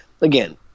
again